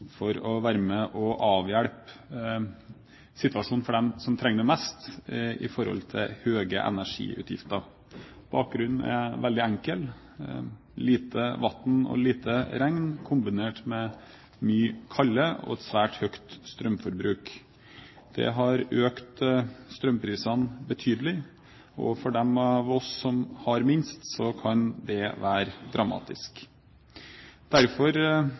for å være med og avhjelpe situasjonen for dem som trenger det mest grunnet høye energiutgifter. Bakgrunnen er veldig enkel. Lite vann og lite regn kombinert med mye kulde og et svært høyt strømforbruk har økt strømprisene betydelig. For dem av oss som har minst, kan det være dramatisk. Derfor